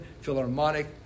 Philharmonic